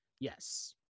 Yes